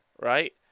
right